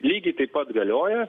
lygiai taip pat galioja